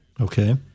Okay